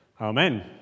Amen